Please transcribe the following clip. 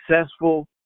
successful